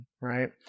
right